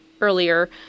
earlier